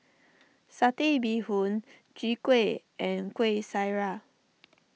Satay Bee Hoon Chwee Kueh and Kueh Syara